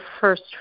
first